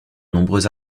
nombreux